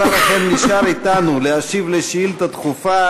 השר נשאר אתנו כדי להשיב על שאילתה דחופה